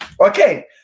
Okay